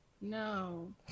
No